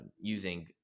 using